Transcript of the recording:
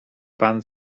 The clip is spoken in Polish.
pan